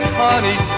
honey